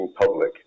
public